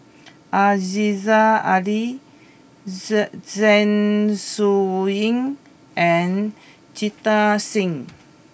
Aziza Ali Zeng Shouyin and Jita Singh